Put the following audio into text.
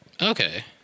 okay